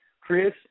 Chris